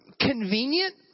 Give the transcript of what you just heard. convenient